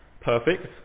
perfect